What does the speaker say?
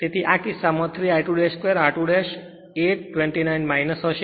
તેથી આ કિસ્સામાં 3 I2 2 r2 8 29 હશે